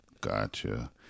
Gotcha